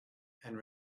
and